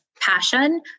passion